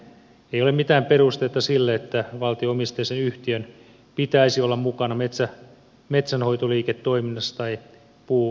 ei ole mitään perusteita sille että valtio omisteisen yhtiön pitäisi olla mukana metsänhoitoliiketoiminnassa tai puumarkkinoilla